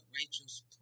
Rachel's